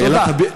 תודה.